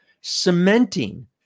cementing